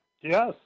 Yes